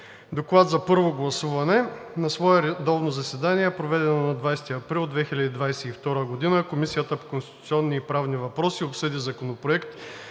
„ДОКЛАД за първо гласуване На свое редовно заседание, проведено на 20 април 2022 г., Комисията по конституционни и правни въпроси обсъди Законопроект